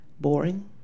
boring